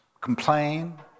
Complain